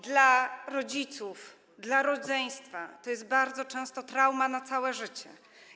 Dla rodziców, dla rodzeństwa jest to bardzo często trauma na całe życie.